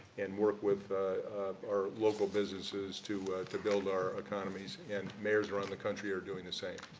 and work with our local businesses to to build our economies. and, mayors around the country are doing the same.